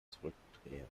zurückdrehen